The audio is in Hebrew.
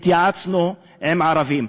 התייעצנו עם ערבים.